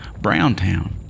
Browntown